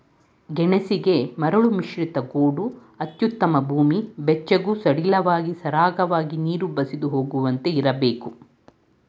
ಗೆಣಸಿಗೆ ಮರಳುಮಿಶ್ರಿತ ಗೋಡು ಅತ್ಯುತ್ತಮ ಭೂಮಿ ಬೆಚ್ಚಗೂ ಸಡಿಲವಾಗಿ ಸರಾಗವಾಗಿ ನೀರು ಬಸಿದು ಹೋಗುವಂತೆ ಇರ್ಬೇಕು